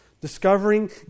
Discovering